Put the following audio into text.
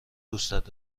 دوستت